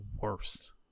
worst